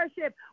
worship